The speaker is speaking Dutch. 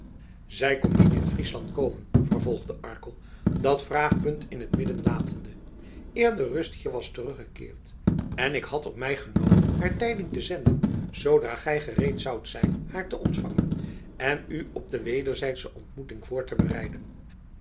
zij kon niet in friesland komen vervolgde arkel dat vraagpunt in t midden latende eer de rust hier was teruggekeerd en ik had op mij genomen haar tijding te zenden zoodra gij gereed zoudt zijn haar te ontvangen en u op de wederzijdsche ontmoeting voor te bereiden